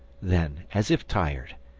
then, as if tired,